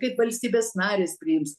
kaip valstybės narės priims